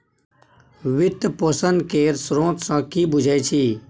वित्त पोषण केर स्रोत सँ कि बुझै छी